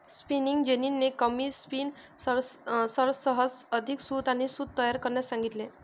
spinning जेनीने कमी स्पिनर्ससह अधिक सूत आणि सूत तयार करण्यास सांगितले